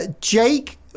Jake